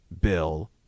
Bill